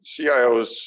CIOs